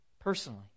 personally